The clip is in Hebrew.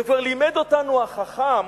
וכבר לימד אותנו החכם: